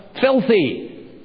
filthy